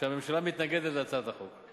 שהממשלה מתנגדת להצעת החוק.